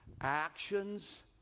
Actions